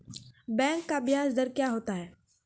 Bank का ब्याज दर क्या होता हैं?